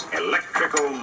electrical